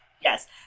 Yes